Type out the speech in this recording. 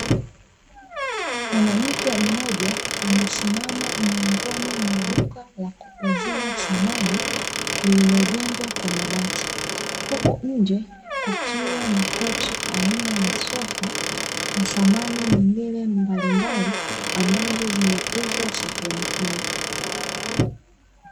Mwanamke mmoja amesimama mlangoni mwa duka la kuuzia samani, lililojengwa kwa mabati. Huku nje kukiwa na kochi aina ya sofa na samani zingine mbalimbali, ambazo zinauzwa sehemu hiyo.